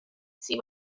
see